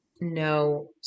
no